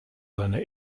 seiner